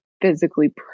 physically